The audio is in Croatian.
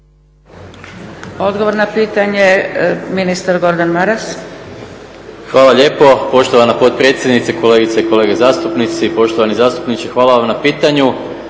Odgovor na pitanje ministar Gordan Maras. **Maras, Gordan (SDP)** Hvala lijepo. Poštovana potpredsjednice, kolegice i kolege zastupnici. Poštovani zastupniče hvala vam na pitanju,